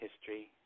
history